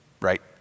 right